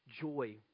joy